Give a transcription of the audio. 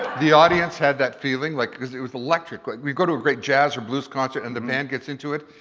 the audience had that feeling. like it was electric. like we got to a great jazz or blues concert and the band gets into it,